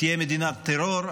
תהיה מדינת טרור.